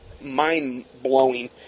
mind-blowing